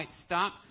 Stop